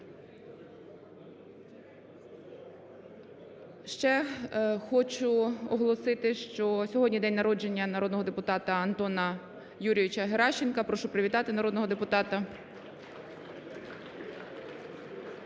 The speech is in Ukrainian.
Ще хочу оголосити, що сьогодні день народження народного депутата Антона Юрійовича Геращенка. Прошу привітати народного депутата.